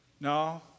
No